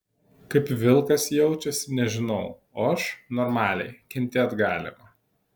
kaip vilkas jaučiasi nežinau o aš normaliai kentėt galima